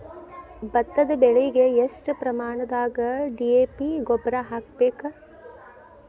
ಭತ್ತದ ಬೆಳಿಗೆ ಎಷ್ಟ ಪ್ರಮಾಣದಾಗ ಡಿ.ಎ.ಪಿ ಗೊಬ್ಬರ ಹಾಕ್ಬೇಕ?